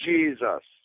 Jesus